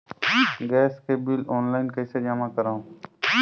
Gas के bill online कइसे जमा करव?